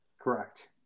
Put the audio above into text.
Correct